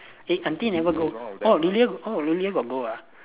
eh aunty never go orh William orh William got go ah